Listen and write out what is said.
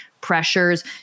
pressures